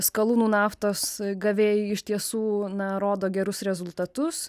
skalūnų naftos gavėjai iš tiesų na rodo gerus rezultatus